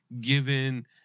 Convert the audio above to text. given